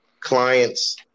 clients